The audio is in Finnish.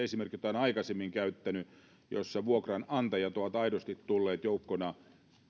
esimerkki jota olen aikaisemmin käyttänyt että vuokranantajat ovat aidosti tulleet joukkona